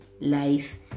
life